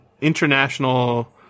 international